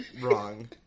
wrong